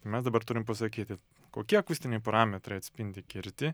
mes dabar turim pasakyti kokie akustiniai parametrai atspindi kirtį